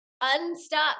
Unstuck